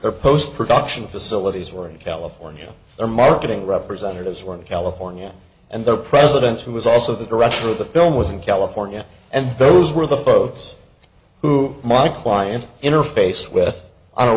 their post production facilities were in california their marketing representatives were in california and the president who was also the director of the film was in california and those were the folks who my client interface with on a